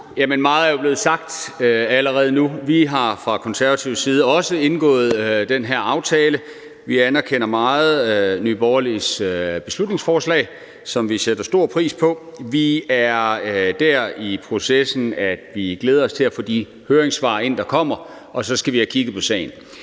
Meget er jo blevet sagt allerede nu. Vi har fra Konservatives side også indgået den her aftale. Vi anerkender Nye Borgerliges beslutningsforslag meget, som vi sætter stor pris på. Vi er dér i processen, hvor vi glæder os til at få de høringssvar ind, der kommer, og så skal vi have kigget på sagen.